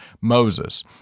Moses